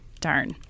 Darn